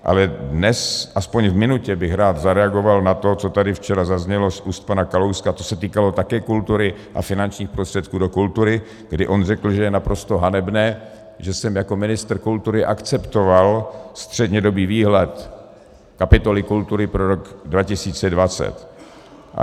Ale dnes aspoň v minutě bych rád zareagoval na to, co tady včera zaznělo z úst pana Kalouska, to se týkalo také kultury a finančních prostředků do kultury, kdy on řekl, že je naprosto hanebné, že jsem jako ministr kultury akceptoval střednědobý výhled kapitoly kultury pro rok 2020.